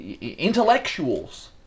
intellectuals